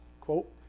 quote